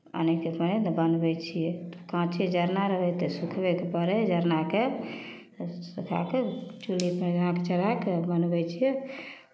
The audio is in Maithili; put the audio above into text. आनि कऽ फेर बनबै छियै तऽ काँचे जरना रहय तऽ सुखबयके पड़ै हइ जरनाके सुखा कऽ चूल्हि पजारि कऽ चढ़ा कऽ बनबै छियै